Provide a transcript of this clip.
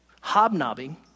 hobnobbing